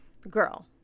girl